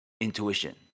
intuition